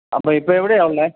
അപ്പോള് ഇപ്പോള് എവിടെയാണുള്ളത്